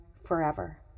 forever